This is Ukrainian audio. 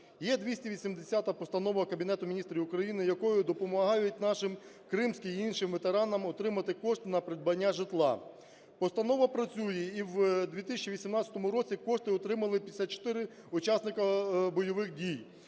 Є 280 Постанова Кабінету Міністрів України, якою допомагають нашим кримським і іншим ветеранам отримати кошти на придбання житла. Постанова працює, і у 2018 році кошти отримали 54 учасника бойових дій